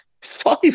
five